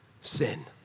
Sin